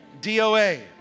DOA